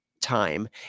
time